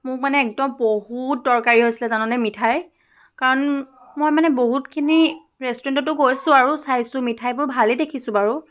মোক মানে একদম বহুত দৰকাৰী হৈছিলে জাননে মিঠাই কাৰণ মই মানে বহুতখিনি ৰেষ্টুৰেণ্টতো গৈছোঁ আৰু চাইছোঁ মিঠাইবোৰ ভালে দেখিছোঁ বাৰু